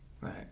Right